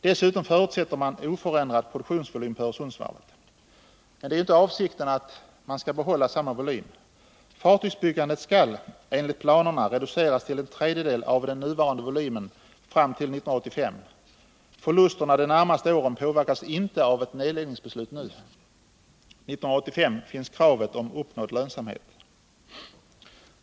Dessutom förutsätter Svenska Varv oförändrad produktionsvolym på Öresundsvarvet. Men avsikten är inte att behålla samma volym. Fartygsbyggandet skall enligt planerna reduceras till en tredjedel av den nuvarande volymen fram till 1985. Förlusterna de närmaste åren påverkas inte av ett nedläggningsbeslut nu. Men det krävs att varvet 1985 skall ha uppnått lönsamhet.